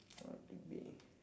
uh it'll be